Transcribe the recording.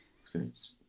experience